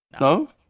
No